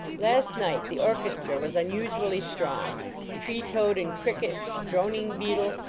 lat night the orchestra was unusually strong tree-toad and cricket, droning beetle,